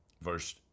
Verse